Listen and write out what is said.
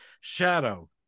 shadow